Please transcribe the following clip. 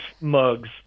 mugs